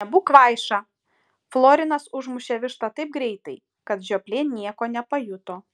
nebūk kvaiša florinas užmušė vištą taip greitai kad žioplė nieko nepajuto